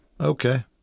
Okay